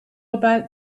about